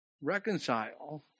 Reconcile